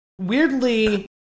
weirdly